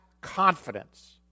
confidence